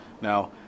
now